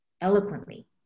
eloquently